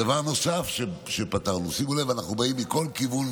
דבר נוסף שפתרנו, שימו לב, אנחנו באים מכל כיוון.